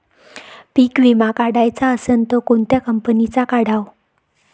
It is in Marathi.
पीक विमा काढाचा असन त कोनत्या कंपनीचा काढाव?